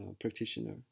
practitioner